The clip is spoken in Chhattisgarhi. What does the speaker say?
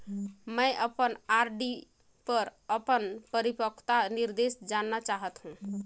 मैं अपन आर.डी पर अपन परिपक्वता निर्देश जानना चाहत हों